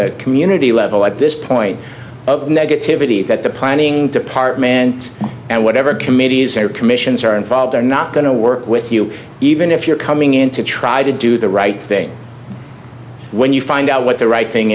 the community level at this point of negativity that the planning to part man and whatever committees their commissions are involved are not going to work with you even if you're coming in to try to do the right thing when you find out what the right thing